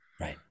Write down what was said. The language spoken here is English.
Right